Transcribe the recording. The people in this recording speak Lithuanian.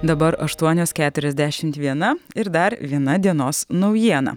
dabar aštuonios keturiasdešimt viena ir dar viena dienos naujiena